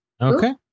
Okay